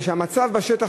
כי במצב בשטח,